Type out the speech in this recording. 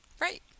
Right